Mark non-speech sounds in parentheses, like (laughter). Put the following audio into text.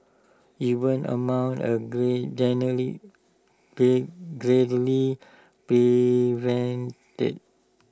even amount are great (unintelligible) great greatly prevented